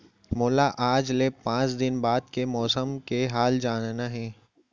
मोला आज ले पाँच दिन बाद के मौसम के हाल ल जानना हे?